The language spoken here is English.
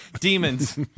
Demons